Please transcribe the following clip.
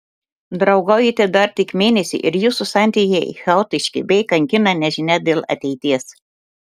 draugaujate dar tik mėnesį ir jūsų santykiai chaotiški bei kankina nežinia dėl ateities